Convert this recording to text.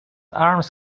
arms